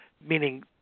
meaning